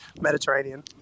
Mediterranean